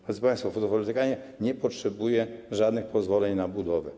Drodzy państwo fotowoltaika nie potrzebuje żadnych pozwoleń na budowę.